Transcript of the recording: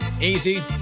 Easy